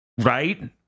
Right